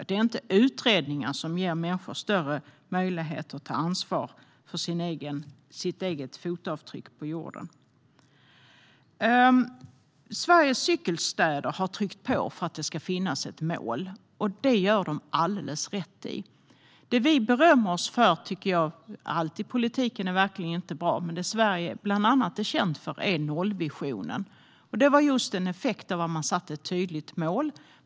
Det är inte utredningar som ger människor större möjligheter att ta ansvar för sina egna fotavtryck på jorden. Sveriges cykelstäder har tryckt på för att det ska finnas ett mål. Det gör de alldeles rätt i. Allt i politiken är verkligen inte bra, men det vi svenskar berömmer oss för och som Sverige bland annat är känt för är nollvisionen. Den är en effekt av ett tydligt mål.